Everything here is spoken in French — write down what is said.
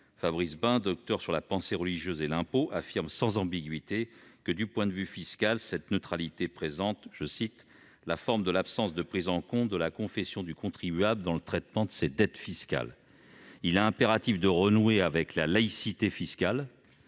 thèse de doctorat sur la pensée religieuse et l'impôt, affirme sans ambiguïté que, du point de vue fiscal, « cette neutralité présente la forme de l'absence de prise en compte de la confession du contribuable dans le traitement de ses dettes fiscales ».